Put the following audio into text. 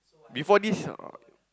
before this uh